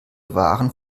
waren